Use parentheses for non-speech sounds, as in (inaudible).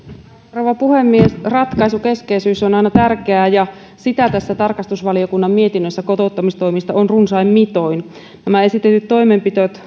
rouva puhemies ratkaisukeskeisyys on aina tärkeää ja sitä tässä tarkastusvaliokunnan mietinnössä kotouttamistoimista on runsain mitoin nämä esitetyt toimenpiteet (unintelligible)